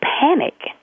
panic